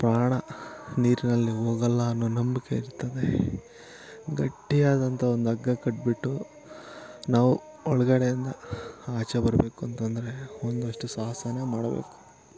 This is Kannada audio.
ಪ್ರಾಣ ನೀರಿನಲ್ಲಿ ಹೋಗಲ್ಲ ಅನ್ನೋ ನಂಬಿಕೆ ಇರ್ತದೆ ಗಟ್ಟಿಯಾದಂಥ ಒಂದು ಹಗ್ಗ ಕಟ್ಬಿಟ್ಟು ನಾವು ಒಳಗಡೆಯಿಂದ ಆಚೆ ಬರಬೇಕು ಅಂತಂದರೆ ಒಂದಷ್ಟು ಸಾಹಸಾನೆ ಮಾಡಬೇಕು